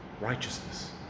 righteousness